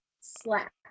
slap